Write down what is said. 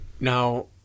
now